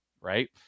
right